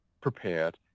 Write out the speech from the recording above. prepared